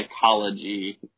psychology